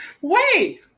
wait